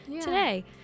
today